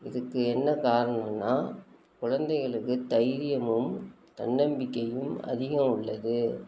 இதுக்கு என்ன காரணனா குழந்தைகளுக்கு தைரியமும் தன்னம்பிக்கையும் அதிகம் உள்ளது